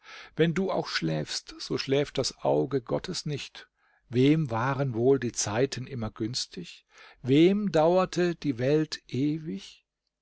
wenn du auch schläfst so schläft das auge gottes nicht wem waren wohl die zeiten immer günstig wem dauerte die welt ewig